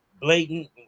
blatant